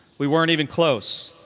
we weren't even close.